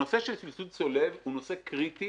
הנושא של הסבסוד הצולב הוא נושא קריטי